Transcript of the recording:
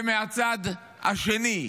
ומצד שני,